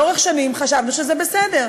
לאורך שנים חשבנו שזה בסדר.